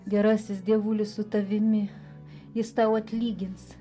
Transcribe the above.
gerasis dievulis su tavimi jis tau atlygins